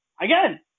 Again